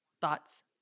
Thoughts